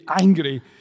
angry